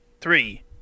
Three